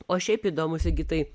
o šiaip įdomu sigitai